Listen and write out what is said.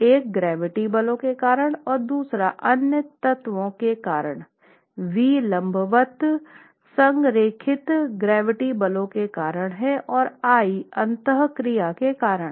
एक गुरुत्वाकर्षण बलों के कारण है और दूसरा अन्य तत्वों के कारण है v लंबवत संरेखित गुरुत्वाकर्षण बलों के कारण है और i अंतःक्रिया के कारण है